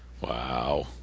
Wow